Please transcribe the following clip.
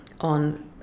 on